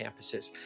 campuses